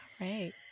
right